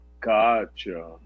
Gotcha